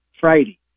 friday